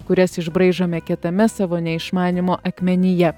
kurias išbraižome kietame savo neišmanymo akmenyje